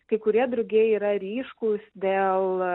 kai kurie drugiai yra ryškūs dėl